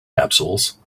capsules